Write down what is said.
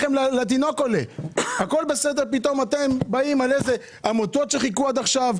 מחיר הלחם לתינוק עולה ופתאום אתם באים עם עמותות שחיכו עד עכשיו?